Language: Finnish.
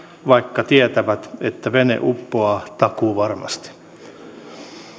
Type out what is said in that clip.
vaikka tietävät että vene uppoaa takuuvarmasti